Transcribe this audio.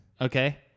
Okay